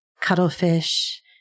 cuttlefish